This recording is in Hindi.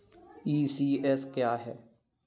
ई.सी.एस क्या है?